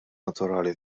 naturali